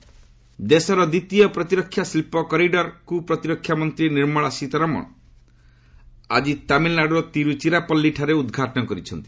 ସୀତାରମଣ ଦେଶର ଦ୍ୱିତୀୟ ପ୍ରତିରକ୍ଷା ଶିଳ୍ପ କରିଡର ପ୍ରତିରକ୍ଷା ମନ୍ତ୍ରୀ ନିର୍ମଳା ସୀତାରମଣ ଆଜି ତାମିଲନାଡ଼ୁର ତିରୁଚିରାପଲ୍କୀଠାରେ ଉଦ୍ଘାଟନ କରିଛନ୍ତି